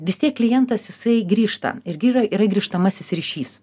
vis tiek klientas jisai grįžta irgi yra yra grįžtamasis ryšys